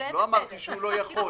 לא אמרתי שהוא לא יכול.